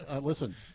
Listen